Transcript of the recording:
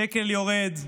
השקל יורד,